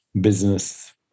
business